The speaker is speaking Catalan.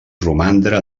romandre